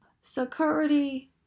Security